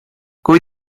kui